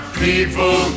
people